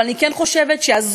אבל אני כן חושבת שהזכות